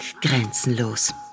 grenzenlos